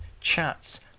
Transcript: chats